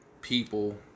people